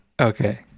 okay